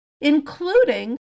including